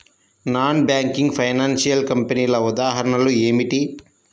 Non banking financial కంపెనీల ఉదాహరణలు ఏమిటి?